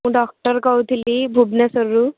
doctor କହୁଥିଲି ଭୁବନେଶ୍ଵରରୁ